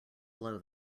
blow